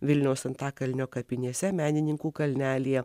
vilniaus antakalnio kapinėse menininkų kalnelyje